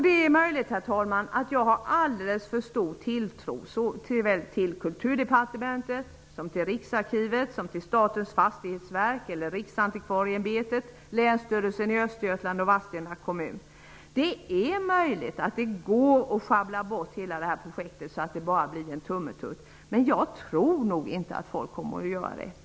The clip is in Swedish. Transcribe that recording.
Det är möjligt, herr talman, att jag har alldeles för stor tilltro till Kulturdepartementet, Riksarkivet, Länsstyrelsen i Östergötland och Vadstena kommun. Det är möjligt att det går att schabbla bort hela det här projektet så att det bara blir en ''tummetutt'', men jag tror inte att man kommer att göra det.